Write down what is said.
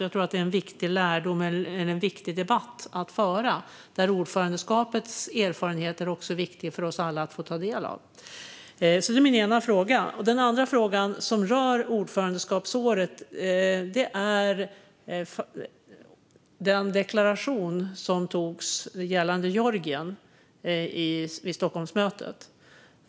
Jag tror att det är en viktig lärdom och en viktig debatt att föra, där ordförandeskapets erfarenheter är viktiga för oss alla att få ta del av. Det är min ena fråga. Den andra frågan rör ordförandeskapsåret och den deklaration som antogs gällande Georgien vid Stockholmsmötet.